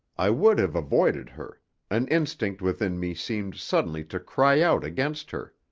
i would have avoided her an instinct within me seemed suddenly to cry out against her.